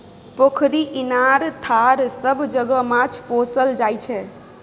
पोखरि, इनार, धार सब जगह माछ पोसल जाइ छै